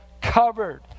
covered